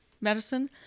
medicine